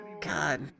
God